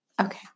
Okay